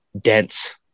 dense